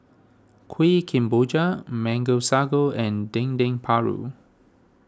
Kuih Kemboja Mango Sago and Dendeng Paru